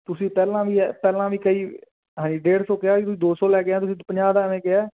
ਤੁਸੀਂ ਪਹਿਲਾਂ ਵੀ ਪਹਿਲਾਂ ਵੀ ਕਈ ਡੇਢ ਤੋਂ ਕਿਹਾ ਵੀ ਤੁਸੀਂ ਦੋ ਸੋ ਲੈ ਕੇ ਆ ਤੁਸੀਂ ਪੰਜਾਹ ਦਾ ਐਵੇਂ ਕਿਹਾ